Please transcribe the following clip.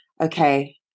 okay